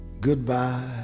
Goodbye